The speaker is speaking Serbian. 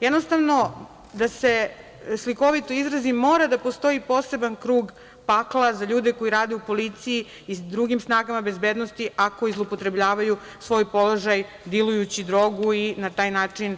Jednostavno, da se slikovito izrazim, mora da postoji poseban krug Pakla za ljude koji rade u policiji i drugim snagama bezbednosti ako zloupotrebljavaju svoj položaj dilujući drogu i na taj način